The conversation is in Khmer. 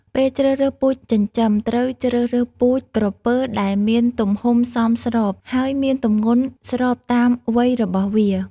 ពេលជ្រើសរើសពូជចិញ្ចឹម ត្រូវជ្រើសរើសពូជក្រពើដែលមានទំហំសមស្រប ហើយមានទម្ងន់ស្របតាមវ័យរបស់វា។